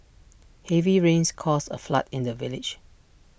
heavy rains caused A flood in the village